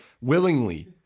willingly